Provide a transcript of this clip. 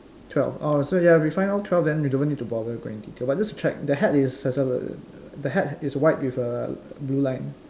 twelve orh so ya if we find all twelve then we don't need to bother going in detail but just to check the hat is the hat is white with a blue line